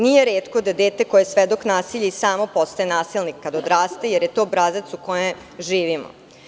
Nije retko da dete koje je svedok nasilja i samo postaje nasilnik kad odraste, jer je to obrazac u kojem vidimo.